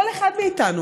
כל אחד מאיתנו.